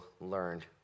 learned